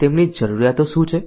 તેમની જરૂરિયાતો શું છે